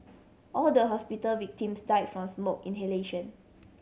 all the hospital victims died from smoke inhalation